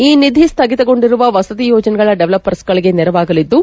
ಈ ನಿಧಿ ಸ್ಥಗಿತಗೊಂಡಿರುವ ವಸತಿ ಯೋಜನೆಗಳ ಡೆವಲ್ಲಪ್ಪರ್ಸ್ಗಳಿಗೆ ನೆರವಾಗಲಿದ್ದು